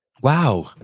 Wow